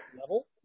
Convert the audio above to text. level